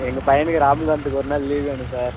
எங்கள் பையனுக்கு ராம்காந்துக்கு ஒரு நாள் லீவ் வேணும் சார்